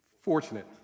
fortunate